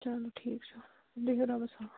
چلو ٹھیٖک چھُ بِہیُو رۄبَس سوال